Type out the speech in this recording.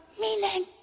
meaning